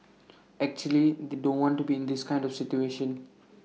actually they don't want to be in this kind of situation